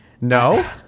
no